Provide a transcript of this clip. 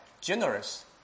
generous